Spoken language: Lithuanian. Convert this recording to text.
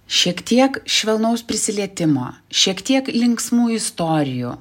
šiek tiek švelnaus prisilietimo šiek tiek linksmų istorijų